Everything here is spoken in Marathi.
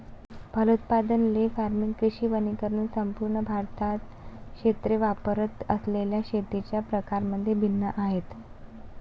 फलोत्पादन, ले फार्मिंग, कृषी वनीकरण संपूर्ण भारतात क्षेत्रे वापरत असलेल्या शेतीच्या प्रकारांमध्ये भिन्न आहेत